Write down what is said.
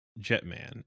Jetman